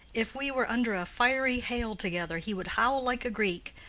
if we were under a fiery hail together he would howl like a greek,